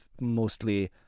mostly